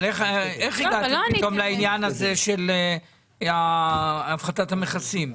אבל איך הגעתם פתאום לעניין הזה של הפחתת המכסים?